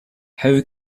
how